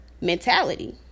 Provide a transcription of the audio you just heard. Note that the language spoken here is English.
mentality